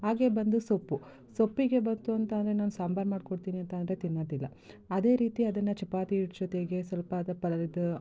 ಹಾಗೇ ಬಂದು ಸೊಪ್ಪು ಸೊಪ್ಪಿಗೆ ಬಂತು ಅಂತಂದರೆ ನಾನು ಸಾಂಬಾರು ಮಾಡ್ಕೊಡ್ತೀನಿ ಅಂತಂದರೆ ತಿನ್ನೋದಿಲ್ಲ ಅದೇ ರೀತಿ ಅದನ್ನು ಚಪಾತಿ ಹಿಟ್ಟು ಜೊತೆಗೆ ಸ್ವಲ್ಪ